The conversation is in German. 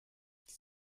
die